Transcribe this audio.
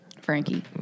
Frankie